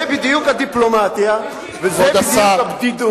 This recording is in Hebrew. זה בדיוק הדיפלומטיה וזה בדיוק הבדידות.